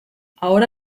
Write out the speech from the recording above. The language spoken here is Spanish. ahora